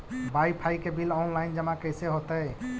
Wifi के bill online जमा कैसे होतै?